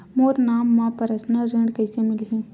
मोर नाम म परसनल ऋण कइसे मिलही?